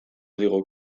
digu